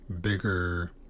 bigger